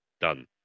done